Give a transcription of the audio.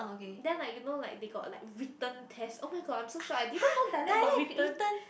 then like you know like they got like written test oh-my-god I'm so shocked I didn't know dialect got written